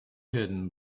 hidden